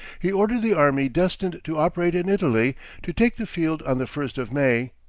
he ordered the army destined to operate in italy to take the field on the first of may,